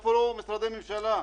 איפה כל משרדי הממשלה?